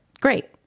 Great